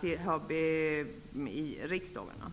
På s. 5 skriver man: